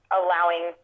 allowing